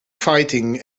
fighting